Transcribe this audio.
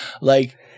like-